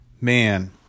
man